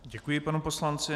Děkuji panu poslanci.